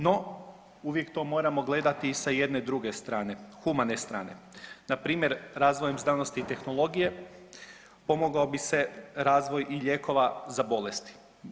No, uvijek to moramo gledati i sa jedne druge strane, humane strane, npr. razvojem znanosti i tehnologije pomogao bi se razvoj i lijekova za bolesti.